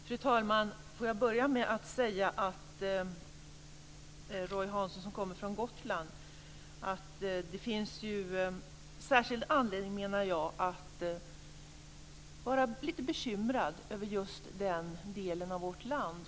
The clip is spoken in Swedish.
Fru talman! Får jag börja med att säga Roy Hansson som kommer från Gotland att det finns särskild anledning, menar jag, att vara lite bekymrad över just den delen av vårt land.